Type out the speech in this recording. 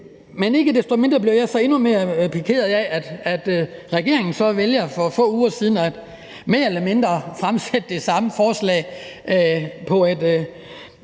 Men ikke desto mindre blev jeg så endnu mere pikeret over, at regeringen vælger, for få uger siden, mere eller mindre at fremsætte det samme forslag med